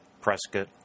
Prescott